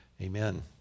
Amen